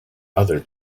other